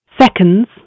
Seconds